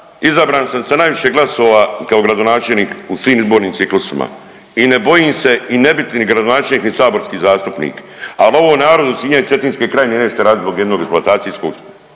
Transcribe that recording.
izabran sam sa najviše glasova kao gradonačelnik u svim izbornim ciklusima i ne bojim se i ne biti ni gradonačelnik ni saborski zastupnik, al ovo narodu Sinja i cetinske krajine nećete radit zbog jednog eksploatacijskog polja